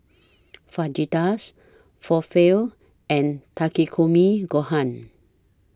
Fajitas Falafel and Takikomi Gohan